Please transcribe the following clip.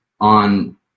on